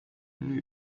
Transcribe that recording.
new